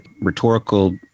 rhetorical